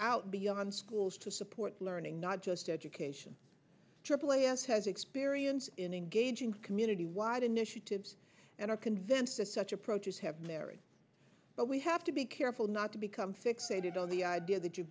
out beyond schools to support learning not just education aaa us has experience in engaging community wide initiatives they're convinced that such approaches have merit but we have to be careful not to become fixated on the idea that you